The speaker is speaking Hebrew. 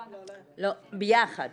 ביחד,